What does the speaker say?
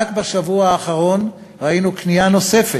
רק בשבוע האחרון ראינו כניעה נוספת.